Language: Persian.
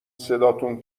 صداتون